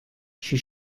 she